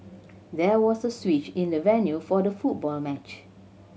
there was a switch in the venue for the football match